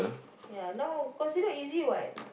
ya no considered easy what